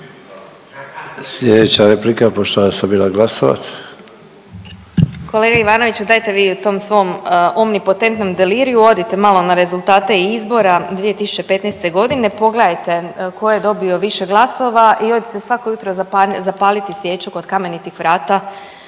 Glasovac. **Glasovac, Sabina (SDP)** Kolega Ivanoviću dajte vi u tom svom omni potentnom deliriju odite malo na rezultate izbora 2015. godine, pogledajte tko je dobio više glasova i odite svako jutro zapaliti svijeću kod Kamenitih vrata